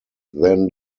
then